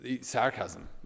Sarcasm